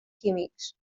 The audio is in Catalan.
químics